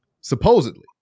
Supposedly